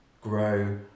grow